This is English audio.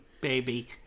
baby